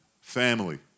family